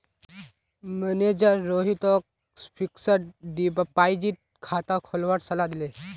manager रोहितक fixed deposit खाता खोलवार सलाह दिले